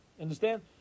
Understand